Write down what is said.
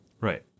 Right